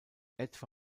etwa